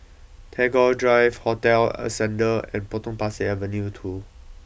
Tagore Drive Hotel Ascendere and Potong Pasir Avenue two